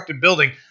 building